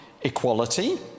equality